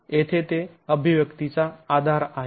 तर येथे ते अभिव्यक्तीचा आधार आहेत